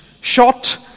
shot